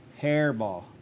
hairball